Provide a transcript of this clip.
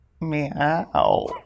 Meow